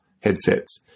headsets